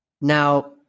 Now